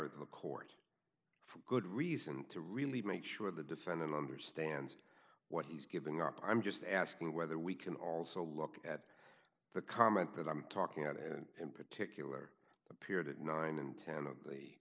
choir the court for good reason to really make sure the defendant understands what he's giving up i'm just asking whether we can also look at the comment that i'm talking about and in particular the period at nine in ten of the